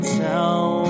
tell